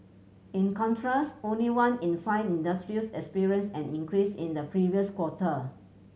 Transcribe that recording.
in contrast only one in five industries experienced an increase in the previous quarter